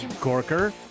Corker